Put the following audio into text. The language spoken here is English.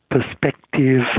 perspective